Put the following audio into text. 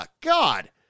God